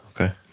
Okay